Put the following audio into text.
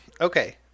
Okay